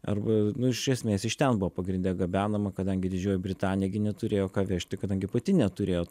arba nu iš esmės iš ten buvo pagrinde gabenama kadangi didžioji britanija gi neturėjo ką vežti kadangi pati neturėjo